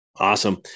Awesome